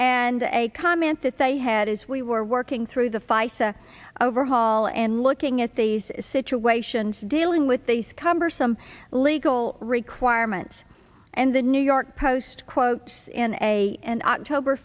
and a comment that they had as we were working through the feis an overhaul and looking at these situations dealing with these cumbersome legal requirements and the new york post quotes in a and october